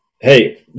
Hey